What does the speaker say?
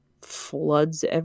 floods